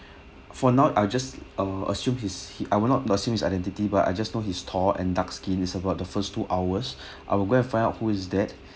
for now I'll just uh assume his I will not assume his identity but I just know his tall and dark skin is about the first two hours I will go and find out who is that